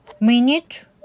minute